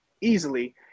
easily